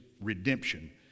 redemption